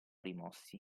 rimossi